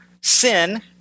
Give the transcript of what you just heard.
sin